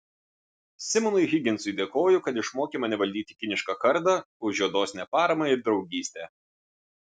simonui higginsui dėkoju kad išmokė mane valdyti kinišką kardą už jo dosnią paramą ir draugystę